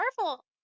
Marvel